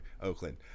Oakland